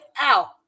out